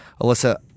Alyssa